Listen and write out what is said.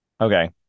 Okay